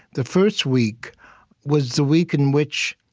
the first week was the week in which